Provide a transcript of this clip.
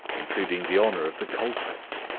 including the honour of the culprits.